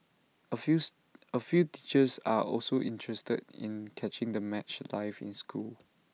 A fews A few teachers are also interested in catching the match live in school